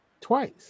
twice